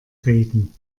reden